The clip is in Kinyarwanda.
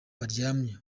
baryamye